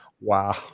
Wow